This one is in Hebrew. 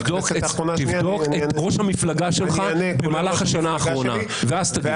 תבדוק את ראש המפלגה שלך בשנה האחרונה ואז תגיב.